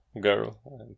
girl